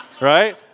right